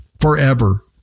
forever